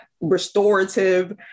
restorative